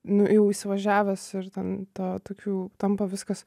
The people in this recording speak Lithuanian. nu jau įsivažiavęs ir ten ta tokiu tampa viskas